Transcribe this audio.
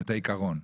את העיקרון.